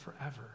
forever